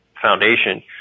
foundation